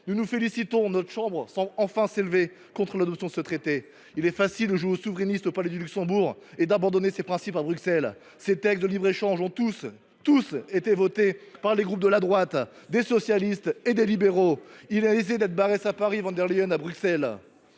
nous nous félicitons que la chambre haute semble enfin s’élever contre l’adoption de ce traité, reste qu’il est facile de jouer aux souverainistes au Palais du Luxembourg et d’abandonner ces principes à Bruxelles. Les accords de libre échange y ont tous – tous !– été votés par les groupes de la droite, des socialistes et des libéraux. Il est aisé d’être Barrès à Paris et von der Leyen à Bruxelles